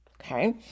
okay